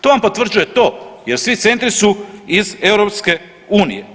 To vam potvrđuje to jer svi centri su iz EU.